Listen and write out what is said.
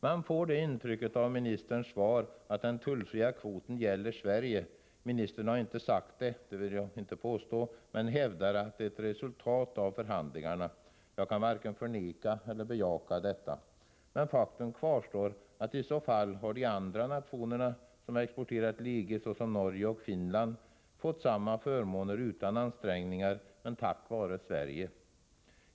Man får det intrycket av ministerns svar att den tullfria kvoten gäller Sverige. Ministern har inte sagt det — det vill jag inte påstå — men hävdar att det är ett resultat av förhandlingarna. Jag kan varken förneka eller bekräfta detta. Men faktum kvarstår att i så fall har de andra nationerna som exporterar till EG, såsom Norge och Finland, fått samma förmåner utan ansträngningar men tack vare Sverige.